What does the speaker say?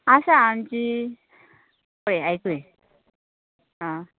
आसा आमची पळय आयकय आ